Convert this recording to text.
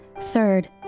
Third